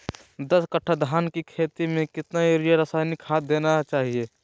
दस कट्टा धान की खेती में कितना यूरिया रासायनिक खाद देना चाहिए?